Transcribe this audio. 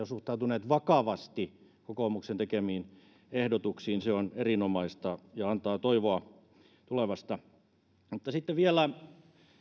suhtautuneet vakavasti kokoomuksen tekemiin ehdotuksiin se on erinomaista ja antaa toivoa tulevasta mutta sitten vielä